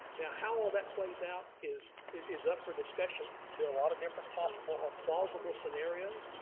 now how all that plays out is is up for discussion. there are a lot of different possible, or plausible scenarios.